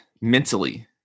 mentally